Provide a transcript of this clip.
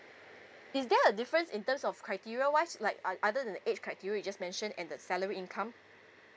is there a difference in terms of criteria wise like ot~ other than the age criteria you just mentioned and the salary income